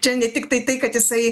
čia ne tiktai tai kad jisai